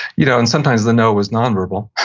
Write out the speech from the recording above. you know and sometimes the no was nonverbal,